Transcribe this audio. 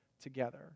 together